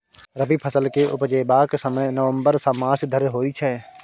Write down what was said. रबी फसल केँ उपजेबाक समय नबंबर सँ मार्च धरि होइ छै